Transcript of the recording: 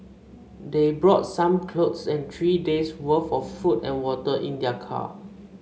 they brought some clothes and three days' worth of food and water in their car